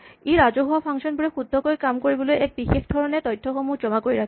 ই ৰাজহুৱা ফাংচন বোৰে শুদ্ধকৈ কাম কৰিবলৈ এক বিশেষ ধৰণে তথ্যসমূহ জমা কৰি ৰাখে